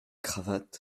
cravate